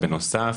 בנוסף,